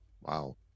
wow